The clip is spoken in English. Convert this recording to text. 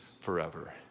forever